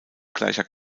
gleicher